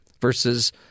versus